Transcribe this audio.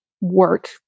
work